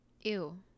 ew